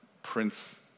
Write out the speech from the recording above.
Prince